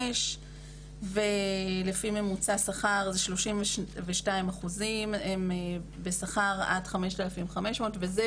שנים ולפי ממוצע שכר זה 32% שהן בשכר של עד 5,500 ₪ וזה